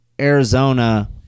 Arizona